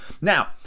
Now